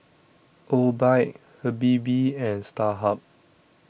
Obike Habibie and Starhub